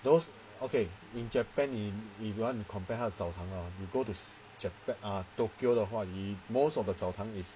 those okay in japan in if you want compare 他澡堂 hor you go to japan tokyo 的话你 most of the 澡堂 is